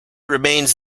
remains